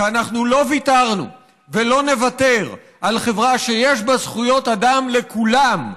כי אנחנו לא ויתרנו ולא נוותר על חברה שיש בה זכויות אדם לכולם.